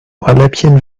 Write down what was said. ohrläppchen